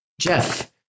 Jeff